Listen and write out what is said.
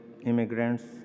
immigrants